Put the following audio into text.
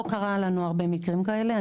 אני חייבת לציין שלא היו לנו הרבה מקרים כאלו.